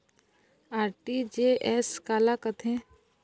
RTGS काला कथें?